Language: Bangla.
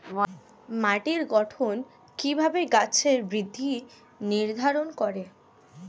মাটির গঠন কিভাবে গাছের বৃদ্ধি নির্ধারণ করে?